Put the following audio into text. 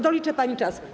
Doliczę pani czas.